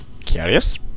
Curious